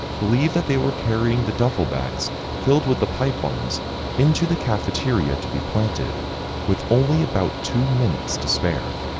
believe that they were carrying the duffel bags filled with the pipe bombs into the cafeteria to be planted with only about two minutes to spare.